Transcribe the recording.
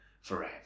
forever